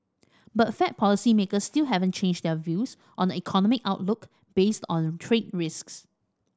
but Fed policymakers still haven't changed their views on the economic outlook based on trade risks